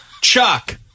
Chuck